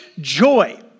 joy